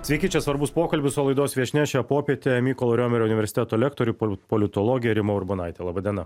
sveiki čia svarbus pokalbis o laidos viešnia šią popietę mykolo romerio universiteto lektorė politologė rima urbonaitė laba diena